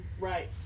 Right